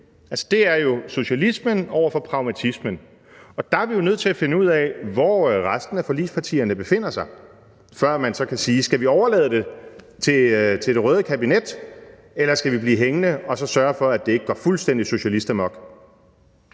Det er jo socialismen over for pragmatismen, og der er vi nødt til at finde ud af, hvor resten af forligspartierne befinder sig, før vi så kan sige: Skal vi overlade det til det røde kabinet, eller skal vi blive hængende og så sørge for, at det ikke går fuldstændig socialistamok?